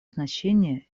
значение